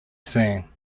seen